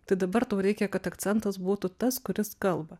tai dabar tau reikia kad akcentas būtų tas kuris kalba